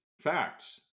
Facts